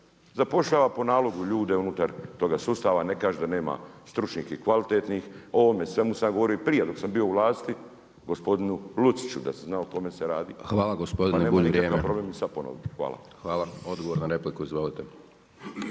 zapošljava po nalogu ljude unutar toga sustava, ne kažem da nema stručnih i kvalitetnih, o ovome svemu sam ja govorio prije dok sam bio u vlasti gospodinu Luciću da se zna o kome se radi. … /Govornik se ne razumije./ … **Hajdaš Dončić, Siniša